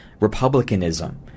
republicanism